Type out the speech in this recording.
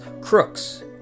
crooks